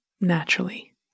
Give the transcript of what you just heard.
naturally